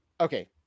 okay